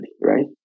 right